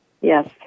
Yes